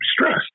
stressed